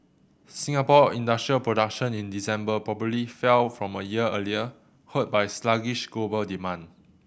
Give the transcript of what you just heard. Singapore industrial production in December probably fell from a year earlier hurt by sluggish global demand